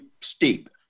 steep